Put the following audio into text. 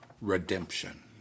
redemption